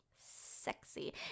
Sexy